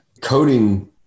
Coding